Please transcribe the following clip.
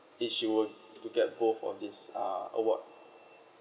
if she were to get both of these uh awards